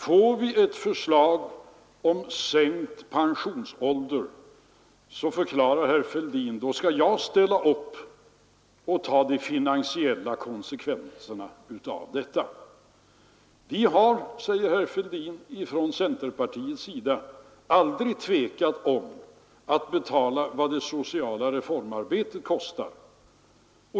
Framläggs ett förslag om sänkt pensionsålder, förklarade herr Fälldin, skall han ställa upp och ta de finansiella konsekvenserna av detta. Vi har, sade herr Fälldin, inom centerpartiet aldrig tvekat om att betala vad det sociala reformarbetet kostar.